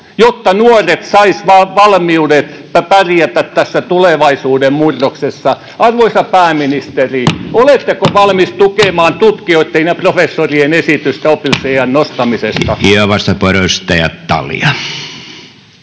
jotta nuoret saisivat valmiudet pärjätä tässä tulevaisuuden murroksessa. Arvoisa pääministeri, oletteko valmis tukemaan tutkijoitten ja professorien esitystä oppivelvollisuusiän nostamisesta? Arvoisa puhemies! Suomi